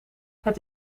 het